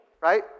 right